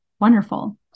wonderful